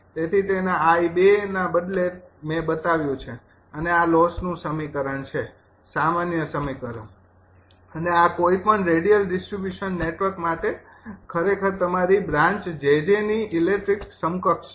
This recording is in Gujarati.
તેથી તેના 𝐼૨ના બદલે મેં બતાવ્યું છે અને આ લોસનું સમીકરણ છે સામાન્ય સમીકરણ અને આ કોઈપણ રેડિયલ ડિસ્ટ્રિબ્યુશન નેટવર્ક માટે ખરેખર તમારી બ્રાન્ચ 𝑗𝑗 ની ઇલેક્ટ્રિકલ સમકક્ષ છે